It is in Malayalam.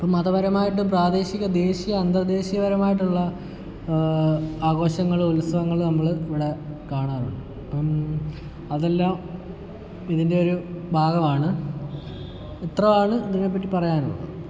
മതപരമായിട്ട് പ്രാദേശിക ദേശിയ അന്തർദേശീയപരമായിട്ടുള്ള ആഘോഷങ്ങളും ഉത്സവങ്ങളും നമ്മൾ ഇവിടെ കാണാറുണ്ട് ഇപ്പം അതെല്ലാം ഇതിൻ്റെ ഒരു ഭാഗമാണ് ഇത്രയാണ് ഇതിനെപ്പറ്റി പറയാനുള്ളത്